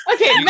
Okay